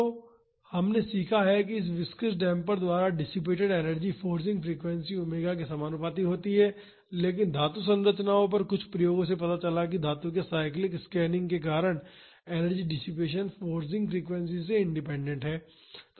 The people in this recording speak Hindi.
तो हमने सीखा है कि एक विस्कॉस डेम्पर द्वारा dissipated energy forcing frequency omega के समानुपाती होती है लेकिन धातु संरचनाओं पर कुछ प्रयोगों से पता चला है कि धातु के साइक्लिक स्त्रैनिंग के कारणएनर्जी डिसिपेसन फोर्सिंग फ्रीक्वेंसीज़ से इंडिपेंडेंट है